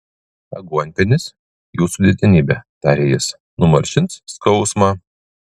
aguonpienis jūsų didenybe tarė jis numalšins skausmą